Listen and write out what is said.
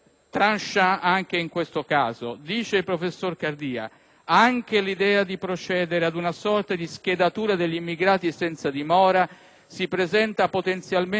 «Anche l'idea di procedere ad una sorta di schedatura degli immigrati senza dimora si presenta potenzialmente lesiva dei diritti individuali, oltre ad essere del tutto inutile.